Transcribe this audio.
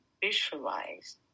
visualize